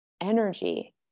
energy